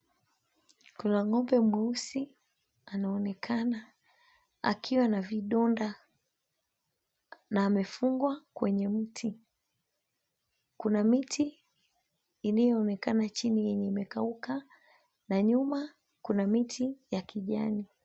Kuna ng'ombe mweusi anaonekana akiwa na vidonda na amefungwa kwenye mti. Kuna miti ilionekana chini yenye imekauka, na nyuma kuna miti ya kijani.